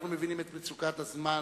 אנחנו מבינים את מצוקת הזמן,